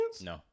No